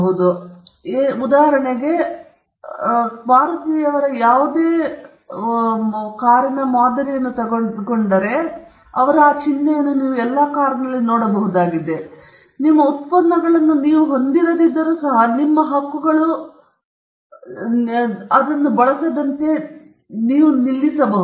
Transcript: ಈಗ ನಿಮ್ಮ ಎಲ್ಲ ಉತ್ಪನ್ನಗಳಿಗೆ ನೀವು ಈ ಹಕ್ಕನ್ನು ಬಳಸಬಹುದು ನೀವು ಮೊದಲು ಇಲ್ಲದ ಹೊಸ ಉದ್ಯಮಗಳನ್ನು ನಮೂದಿಸಿದರೆ ಈ ಹಕ್ಕನ್ನು ನೀವು ಬಳಸಬಹುದಾಗಿತ್ತು ನಿಮ್ಮ ಉತ್ಪನ್ನಗಳನ್ನು ನೀವು ಹೊಂದಿರದಿದ್ದರೂ ಸಹ ನಿಮ್ಮ ಹಕ್ಕುಗಳು ಸೌಹಾರ್ದತೆಯನ್ನು ಹೊಂದಿರುವುದರಿಂದ ಅದನ್ನು ಬಳಸದಂತೆ ನೀವು ನಿಲ್ಲಿಸಬಹುದು